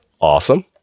Awesome